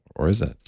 or is it?